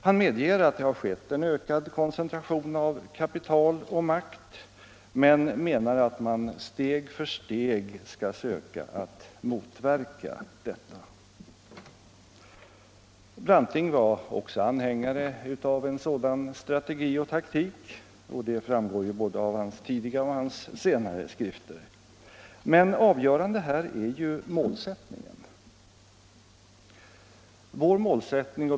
Han medger att det har skett en ökad koncentration av kapital och makt men menar att man steg för steg skall söka motverka detta. Branting var också anhängare av en sådan strategi och taktik — det framgår av både hans tidigare och senare skrifter. Men avgörande här är ju målsättningen.